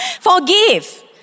Forgive